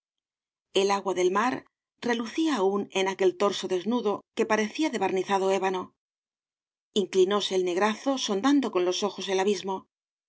el agua del mar relucía aún en aquel torso desnudo que parecía de barnizado ébano inclinóse el negrazo sondando con los ojos el abismo luego